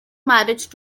marriage